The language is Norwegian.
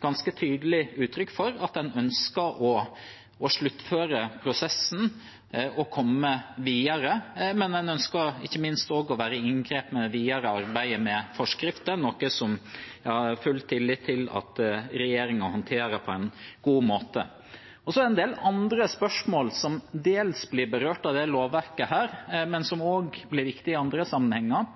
ganske tydelig uttrykk for at en ønsker å sluttføre prosessen og komme videre, men ikke minst ønsker en også være i inngrep med det videre arbeidet med forskrifter, noe jeg har full tillit til at regjeringen håndterer på en god måte. Så er det en del andre spørsmål som dels blir berørt av dette lovverket, men som også blir viktige i andre sammenhenger,